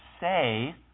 say